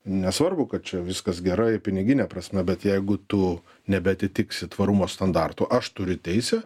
nesvarbu kad čia viskas gerai pinigine prasme bet jeigu tu nebeatitiksi tvarumo standartų aš turiu teisę